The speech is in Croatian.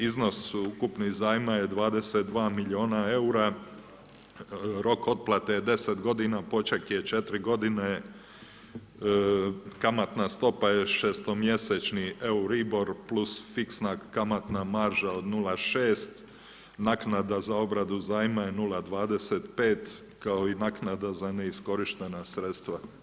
Iznos ukupni zajma je 22 milijuna eura, rok otplate je deset godina, poček je četiri godine, kamatna stopa je šestomjesečni Euribor plus fiksna kamatna marža od 0,6, naknada za obradu zajma je 0,25 kao i naknada za neiskorištena sredstva.